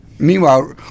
meanwhile